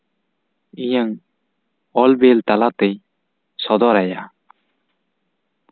ᱤᱧᱟᱹᱜ ᱚᱞ ᱵᱤᱞ ᱛᱟᱞᱟᱛᱮᱧ ᱥᱚᱫᱚᱨ ᱟᱭᱟ